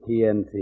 TNT